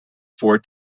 four